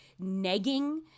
negging